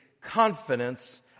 confidence